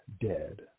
dead